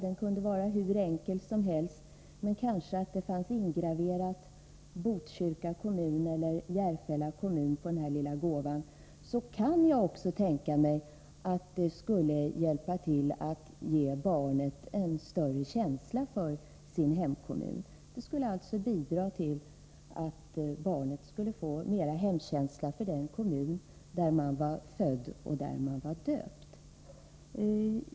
Den kunde vara hur enkel som helst, men kanske det kunde vara graverat Botkyrka kommun eller Järfälla kommun på den lilla gåvan. Jag tror att det skulle hjälpa till att ge barnet en större känsla för sin hemkommun. Det skulle alltså bidra till att barnet får mera hemkänsla för den kommun där det fötts och döpts.